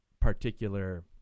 particular